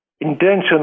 intention